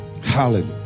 Hallelujah